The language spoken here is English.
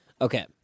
Okay